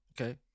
Okay